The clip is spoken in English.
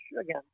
again